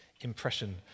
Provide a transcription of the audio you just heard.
impression